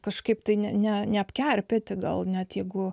kažkaip tai ne ne neapkerpėti gal net jeigu